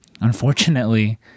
unfortunately